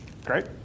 great